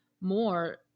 more